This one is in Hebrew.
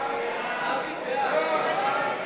סעיף 51,